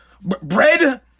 Bread